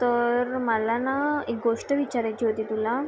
तर मला ना एक गोष्ट विचारायची होती तुला